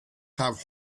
have